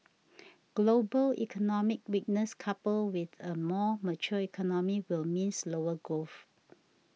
global economic weakness coupled with a more mature economy will mean slower growth